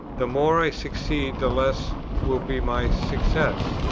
the more i succeed, the less will be my success.